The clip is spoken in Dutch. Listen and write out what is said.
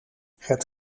het